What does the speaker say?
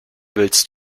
willst